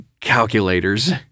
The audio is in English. calculators